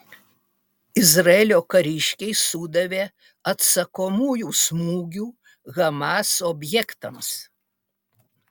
izraelio kariškiai sudavė atsakomųjų smūgių hamas objektams